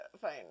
Fine